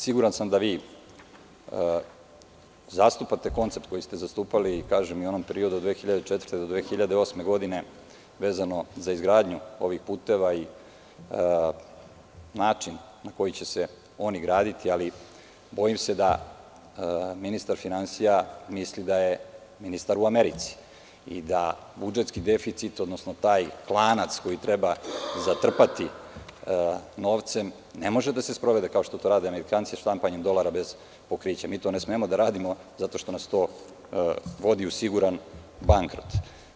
Siguran sam da vi zastupate koncept koji ste zastupali, kažem, i u onom periodu od 2004. do 2008. godine vezano za izgradnju ovih puteva i način na koji će se oni graditi, ali bojim se da ministar finansija misli da je ministar u Americi, i da budžetski deficit, odnosno taj lanac koji treba zatrpati novcem ne može da se sprovede kao što to rade Amerikanci štampanjem dolara bez pokrića, mi to ne smemo da radimo zato što nas to vodi u siguran bankrot.